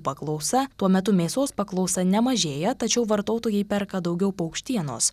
paklausa tuo metu mėsos paklausa nemažėja tačiau vartotojai perka daugiau paukštienos